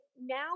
now